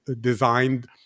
designed